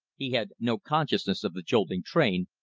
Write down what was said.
he had no consciousness of the jolting train,